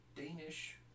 Danish